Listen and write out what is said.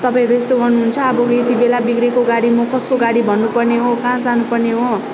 तपाईँहरू यस्तो गर्नुहुन्छ अब यतिबेला बिग्रेको गाडी म कसको गाडी भन्नु पर्ने हो कहाँ जानु पर्ने हो